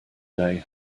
day